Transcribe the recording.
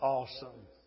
Awesome